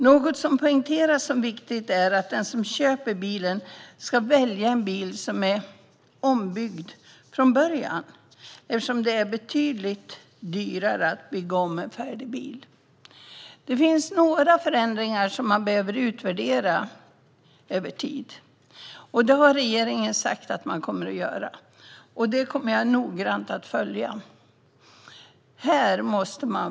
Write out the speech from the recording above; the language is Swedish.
Något som poängteras som viktigt är att den som köper bil ska välja en bil som är ombyggd från början, eftersom det är betydligt dyrare att bygga om en färdig bil. Det finns några förändringar som behöver utvärderas över tid, och regeringen har sagt att man kommer att göra det. Jag kommer att noga följa detta. Fru talman!